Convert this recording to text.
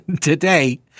today